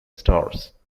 stars